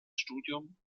studium